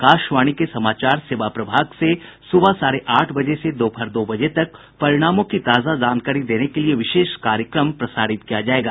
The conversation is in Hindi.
आकाशवाणी के समाचार सेवा प्रभाग से सुबह साढ़े आठ बजे से दोपहर दो बजे तक परिणामों की ताजा जानकारी देने के लिये विशेष कार्यक्रम प्रसारित किया जायेगा